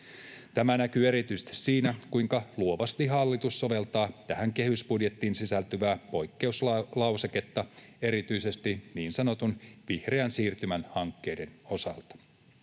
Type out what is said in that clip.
Tämä näkyy erityisesti siinä, kuinka luovasti hallitus soveltaa tähän kehysbudjettiin sisältyvää poikkeuslauseketta erityisesti niin sanotun vihreän siirtymän hankkeiden osalta.